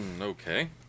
Okay